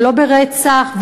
ולא ברצח,